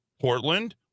Portland